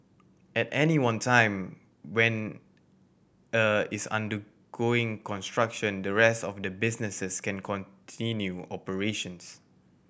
at any one time when a is undergoing construction the rest of the businesses can continue operations